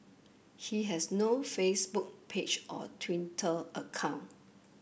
he has no Facebook page or Twitter account